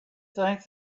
think